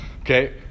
okay